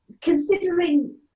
considering